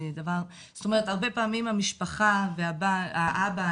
הרבה פעמים המשפחה והאבא,